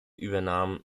übernahm